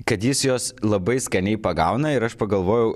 kad jis jos labai skaniai pagauna ir aš pagalvojau